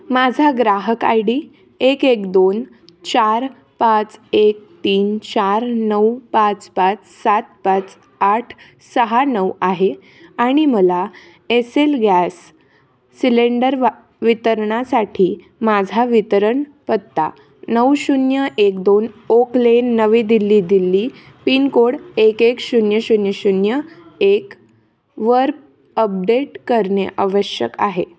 माझा ग्राहक I D एक एक दोन चार पाच एक तीन चार नऊ पाच पाच सात पाच आठ सहा नऊ आहे आणि मला एसएल गॅस सिलेंडर वा वितरणासाठी माझा वितरण पत्ता नऊ शून्य एक दोन ओक लेन नवी दिल्ली दिल्ली पिनकोड एक एक शून्य शून्य शून्य एकवर अपडेट करणे आवश्यक आहे